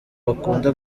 bakunda